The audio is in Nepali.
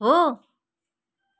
हो